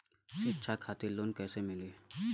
शिक्षा खातिर लोन कैसे मिली?